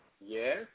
Yes